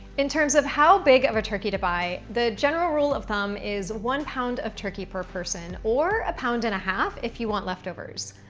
in terms of how big of a turkey to buy, the general rule of thumb is one pound of turkey per person, or a pound and a half if you want leftovers.